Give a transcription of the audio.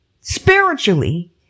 spiritually